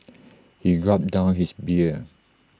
he gulped down his beer